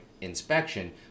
inspection